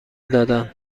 دادند